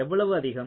எவ்வளவு அதிகம்